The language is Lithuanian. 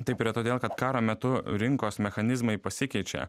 taip yra todėl kad karo metu rinkos mechanizmai pasikeičia